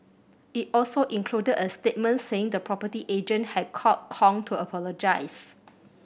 it also included a statement saying the property agent had called Kong to apologise